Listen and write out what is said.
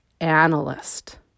analyst